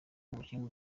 umukinnyi